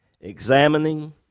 Examining